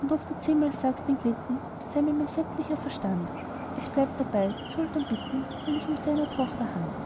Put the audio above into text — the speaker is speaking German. und ob du zehnmal sagst entglitten sei mir mein sämtlicher verstand es bleibt dabei den sultan bitten will ich um seiner tochter hand